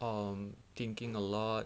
um thinking a lot